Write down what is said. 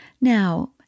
Now